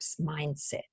mindset